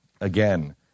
again